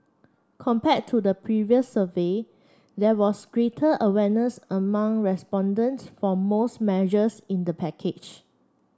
compared to the previous survey there was greater awareness among respondents for most measures in the package